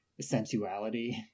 sensuality